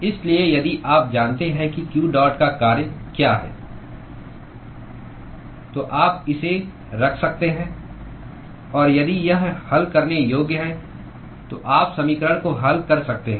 इसलिए यदि आप जानते हैं कि q डॉट का कार्य क्या है तो आप इसे रख सकते हैं और यदि यह हल करने योग्य है तो आप समीकरण को हल कर सकते हैं